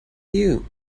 you